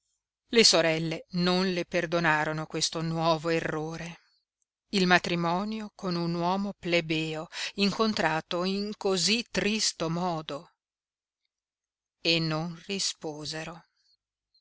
le sorelle non le perdonarono questo nuovo errore il matrimonio con un uomo plebeo incontrato in cosí tristo modo e non risposero